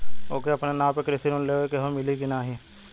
ओके अपने नाव पे कृषि लोन लेवे के हव मिली की ना ही?